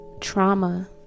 trauma